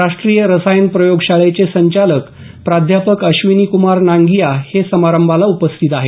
राष्टीय रसायन प्रयोगशाळेचे संचालक प्राध्यापक अश्विनीक्रमार नांगिया हे समारंभाला उपस्थित आहेत